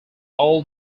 all